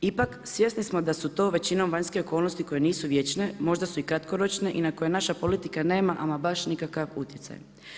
Ipak svjesni smo da su to većinom vanjske okolnosti koje nisu vječne, možda su i kratkoročne i na koje naša politika nema ama baš nikakav utjecaj.